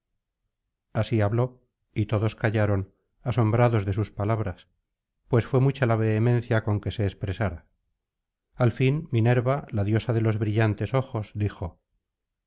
así habló y todos callaron asombrados de sus palabras pues fué mucha la vehemencia con que se expresara al fin minerva la diosa de los brillantes ojos dijo